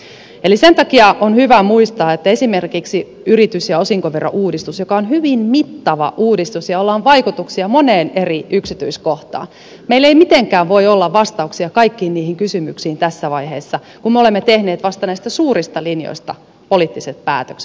sen takia on hyvä muistaa että esimerkiksi yritys ja osinkoverouudistuksessa joka on hyvin mittava uudistus jolla on vaikutuksia moneen eri yksityiskohtaan meillä ei mitenkään voi olla vastauksia kaikkiin niihin kysymyksiin tässä vaiheessa kun me olemme tehneet vasta näistä suurista linjoista poliittiset päätökset